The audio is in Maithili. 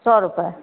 सओ रुपैये